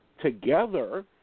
together